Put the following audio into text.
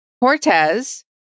Cortez